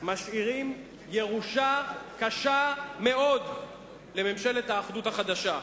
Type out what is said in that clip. משאירים ירושה קשה מאוד לממשלת האחדות החדשה.